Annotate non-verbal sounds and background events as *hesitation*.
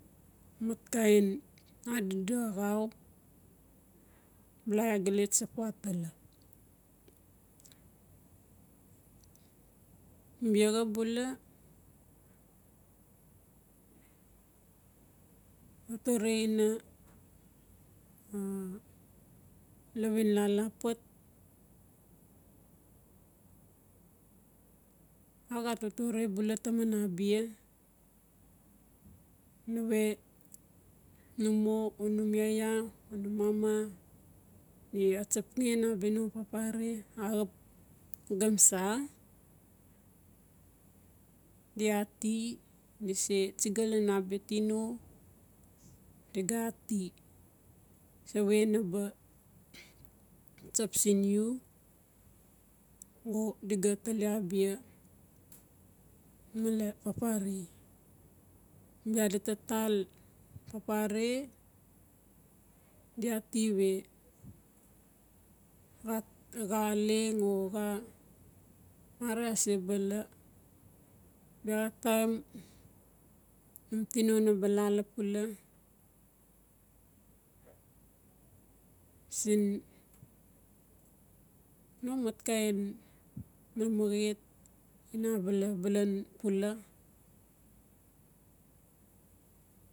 Matkain adodo axau bala iaa gala tsap watala. Biaxa bula totore ina *hesitation* lawin lala pat axa totore bula taman abia. Nawe num mo o num yaya o num mama di atsap ngen abia no papare axap gomsa di ati dise tsiga lan abia tino diga ati sawe naba tsap siin u o diga tali abia male papare. Bia dita tal papare di ati we xal leng o xamara se bala. Biaxa taim num tino naba laalapula sin no matkain mamaiet ina bala balan pula.